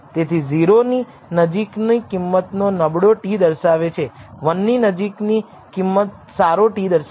તેથી 0 ની નજીક ની કિંમત નબળો t દર્શાવે છે 1 ની નજીક ની કિંમત સારો t દર્શાવે છે